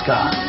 God